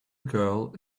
girl